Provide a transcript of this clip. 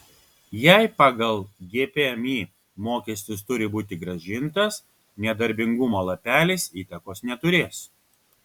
jei pagal gpmį mokestis turi būti grąžintas nedarbingumo lapelis įtakos neturės